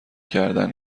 کردن